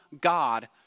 God